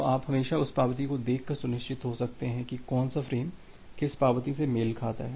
तो आप हमेशा उस पावती को देखकर सुनिश्चित हो सकते हैं कि कौन सा फ्रेम किस पावती से मेल खाता है